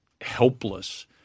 helpless